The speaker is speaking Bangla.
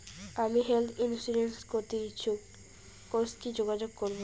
আমি হেলথ ইন্সুরেন্স করতে ইচ্ছুক কথসি যোগাযোগ করবো?